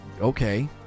Okay